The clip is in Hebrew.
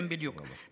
כן, בדיוק.